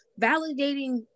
validating